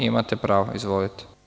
Imate pravo, izvolite.